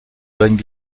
boulogne